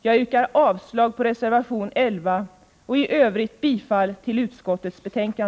Jag yrkar avslag på reservation 11 och i övrigt bifall till utskottets hemställan.